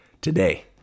today